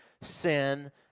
sin